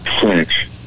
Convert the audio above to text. French